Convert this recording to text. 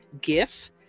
gif